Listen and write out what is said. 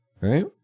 Right